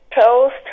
Toast